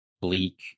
bleak